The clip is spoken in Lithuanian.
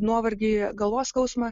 nuovargį galvos skausmą